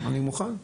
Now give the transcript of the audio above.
אני מוכן.